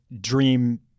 dream